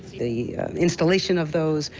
the installation of those,